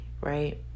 right